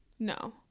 No